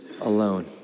alone